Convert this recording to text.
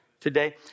today